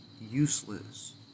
useless